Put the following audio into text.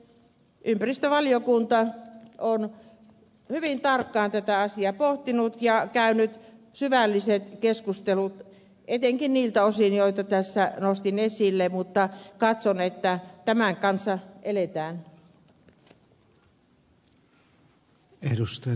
ympäristövaliokunta on hyvin tarkkaan tätä asiaa pohtinut ja käynyt syvälliset keskustelut etenkin niiltä osin joita tässä nostin esille mutta katson että tämän kanssa eletään